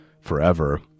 forever